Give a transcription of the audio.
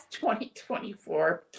2024